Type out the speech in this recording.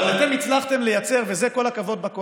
אבל אתם הצלחתם לייצר בקואליציה,